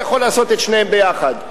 הוא יכול לעשות את שניהם יחד.